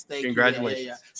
Congratulations